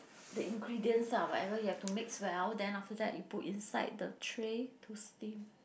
the ingredients ah whatever you have to mix well then after that you put inside the tray to steam